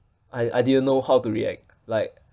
I I didn't know how to react like